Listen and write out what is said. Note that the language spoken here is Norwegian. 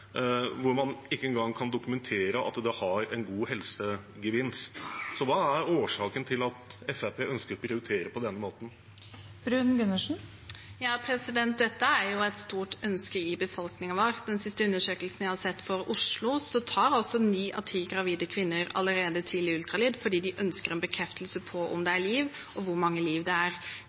man ikke engang kan dokumentere at det har en god helsegevinst? Hva er årsaken til at Fremskrittspartiet ønsker å prioritere på denne måten? Dette er jo et stort ønske i befolkningen vår. Ifølge den siste undersøkelsen jeg har sett for Oslo, tar ni av ti gravide kvinner allerede tidlig ultralyd fordi de ønsker en bekreftelse på om det er liv, og hvor mange liv det er.